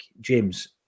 James